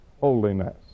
holiness